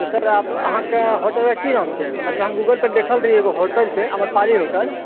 तऽ सर अहाँके होटल के की नाम छै मतलब हम गूगल पर देखल रहियै एगो होटल छै आम्रपाली होटल